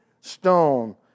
stone